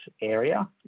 area